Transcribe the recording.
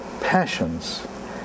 passions